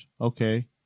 okay